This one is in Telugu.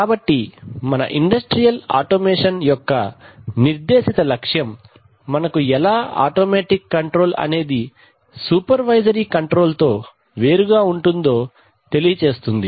కాబట్టి మన ఇండస్ట్రియల్ ఆటోమేషన్ యొక్క నిర్దేశిత లక్ష్యం మనకు ఎలా ఆటోమెటిక్ కంట్రోల్ అనేది సూపర్వైజర్ కంట్రోల్ తో వేరుగా ఉంటుందో తెలియజేస్తుంది